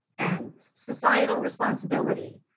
and societal responsibility.